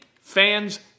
fans